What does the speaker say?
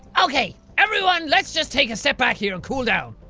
ok everyone let's just take a step back here and cool down.